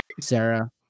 Sarah